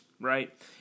right